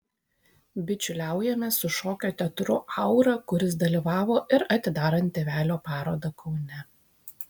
bičiuliaujamės su šokio teatru aura kuris dalyvavo ir atidarant tėvelio parodą kaune